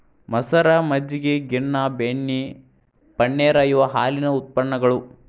ಮಸರ, ಮಜ್ಜಗಿ, ಗಿನ್ನಾ, ಬೆಣ್ಣಿ, ಪನ್ನೇರ ಇವ ಹಾಲಿನ ಉತ್ಪನ್ನಗಳು